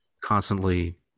constantly